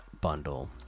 Bundle